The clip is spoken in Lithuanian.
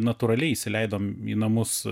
natūraliai įsileidom į namus